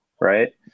right